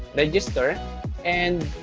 registering and